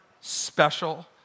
special